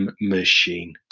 machine